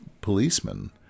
policemen